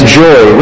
joy